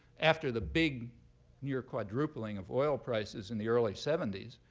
after the big near-quadrupling of oil prices in the early seventy s,